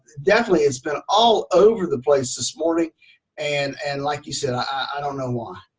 definitely it's been all over the place this morning and and like you said i don't know why.